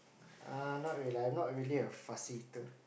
err not really I'm not really a fussy eater